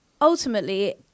ultimately